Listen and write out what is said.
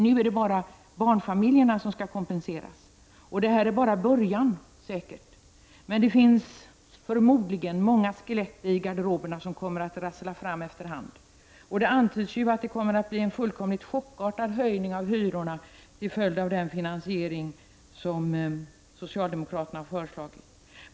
Nu är det bara barnfamiljerna som skall kompenseras. Det här är bara början. Men det finns förmodligen många skelett i garderoberna som kommer att rassla fram efter hand. Det antyds ju att det kommer att bli en fullkomligt chockartad höjning av hyrorna till följd av den finansiering som socialdemokraterna föreslagit.